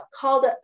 called